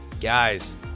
Guys